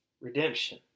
redemption